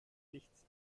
lichtes